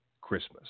Christmas